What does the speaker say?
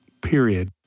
period